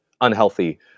unhealthy